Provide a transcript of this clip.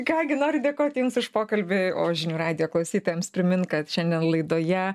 ką gi noriu dėkoti jums už pokalbį o žinių radijo klausytojams primint kad šiandien laidoje